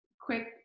quick